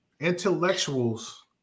intellectuals